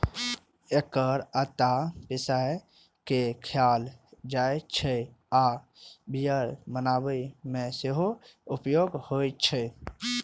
एकर आटा पिसाय के खायल जाइ छै आ बियर बनाबै मे सेहो उपयोग होइ छै